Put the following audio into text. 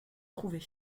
trouvé